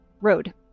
road